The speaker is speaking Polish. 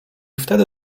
wtedy